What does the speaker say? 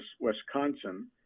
Wisconsin